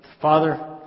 Father